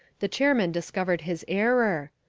the chairman discovered his error.